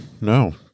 no